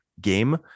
game